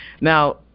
Now